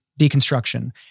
deconstruction